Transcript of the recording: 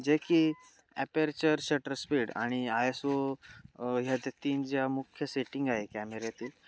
जे की aperture shutter speed आणि आय एस ओ ह्या त्या तीन ज्या मुख्य सेटिंग आहे कॅमेऱ्यातील